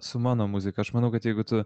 su mano muzika aš manau kad jeigu tu